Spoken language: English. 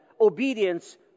Obedience